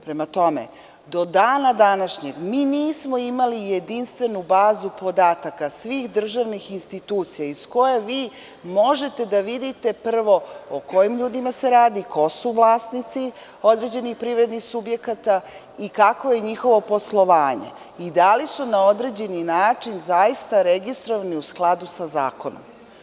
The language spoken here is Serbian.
Prema tome, do dana današnjeg mi nismo imali jedinstvenu bazu podataka svih državnih institucija iz koje vi možete da vidite prvo o kojim ljudima se radi, ko su vlasnici određenih privrednih subjekata i kakvo je njihovo poslovanje, kao i da li su na određeni način zaista registrovani u skladu sa zakonom.